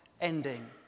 ending